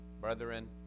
brethren